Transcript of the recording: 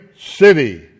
city